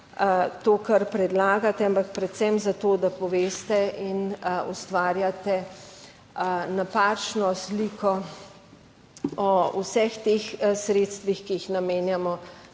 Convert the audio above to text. to, kar predlagate, ampak predvsem za to, da poveste in ustvarjate napačno sliko o vseh teh sredstvih, ki jih namenjamo